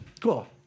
Cool